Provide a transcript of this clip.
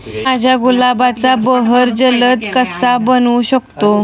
मी माझ्या गुलाबाचा बहर जलद कसा बनवू शकतो?